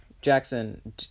Jackson